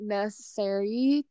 necessary